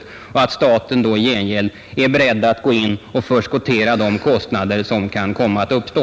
I gengäld är staten då beredd att förskottera medel för att bestrida de kostnader som kan uppstå.